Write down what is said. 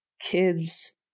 kids